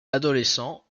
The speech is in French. adolescent